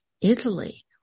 Italy